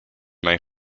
may